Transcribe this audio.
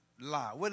lie